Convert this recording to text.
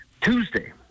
Tuesday